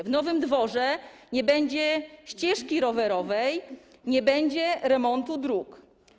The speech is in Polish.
W Nowym Dworze nie będzie ścieżki rowerowej, nie będzie remontu dróg.